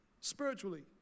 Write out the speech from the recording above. spiritually